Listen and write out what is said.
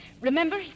Remember